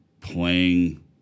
playing